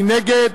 מי נגד?